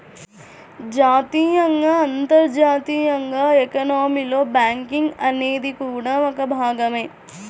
జాతీయంగా, అంతర్జాతీయంగా ఎకానమీలో బ్యాంకింగ్ అనేది కూడా ఒక భాగమే